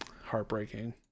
heartbreaking